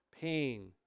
pain